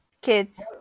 Kids